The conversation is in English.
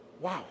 Wow